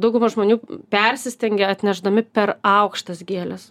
dauguma žmonių persistengia atnešdami per aukštas gėles